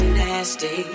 nasty